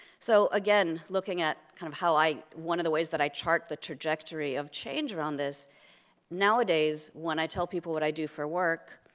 so, again, looking at kind of how i one of the ways that i chart the trajectory of change around this nowadays, when i tell people what i do for work,